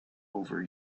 over